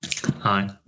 Hi